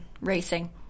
racing